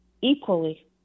equally